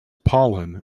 pollen